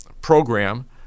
program